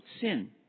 sin